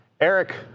Eric